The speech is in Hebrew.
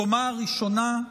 הקומה הראשונה,